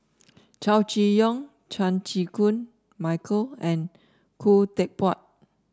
Chow Chee Yong Chan Chew Koon Michael and Khoo Teck Puat